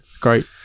Great